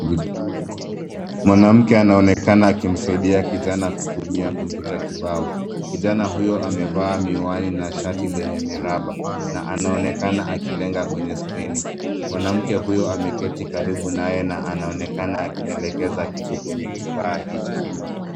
Mwanamke anaonekana akimsaidia kijana kutumia kompyuta kibao. Kijana huyo amevaa miwani na shati lenye miraba na anaonekana akilenga kwenye skrini. Mwanamke huyu ameketi karibu naye na anaonekana akielekeza kitu kwenye kifaa hicho.